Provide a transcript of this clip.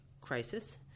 crisis